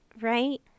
right